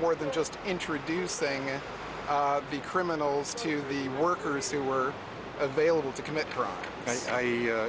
more than just introducing the criminals to the workers who were available to commit crime and i